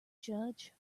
judge